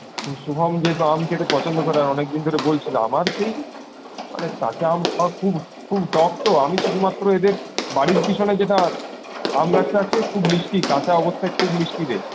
শুভম যেহেতু আম খেতে পছন্দ করে অনেকদিন ধরে বলছিলো আমার সেই মানে কাঁচা আম খাওয়া খুব খুব টক তো আমি শুধুমাত্র এদের বাড়ির পিছনে যেটা আম গাছটা আছে খুব মিষ্টি কাঁচা অবস্থায় খুব মিষ্টি রে